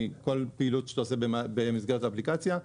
מכל פעילות שאתה עושה במסגרת האפליקציה.